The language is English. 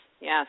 yes